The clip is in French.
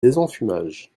désenfumage